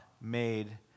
made